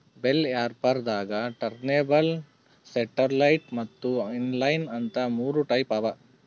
bell wrapper ದಾಗಾ turntable satellite ಮತ್ತ್ inline ಅಂತ್ ಮೂರ್ ಟೈಪ್ ಅವಾ